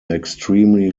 extremely